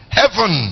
heaven